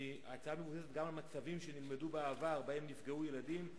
ההצעה מבוססת גם על מצבים שנלמדו בעבר שבהם נפגעו ילדים,